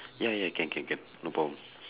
ya ya can can can no problem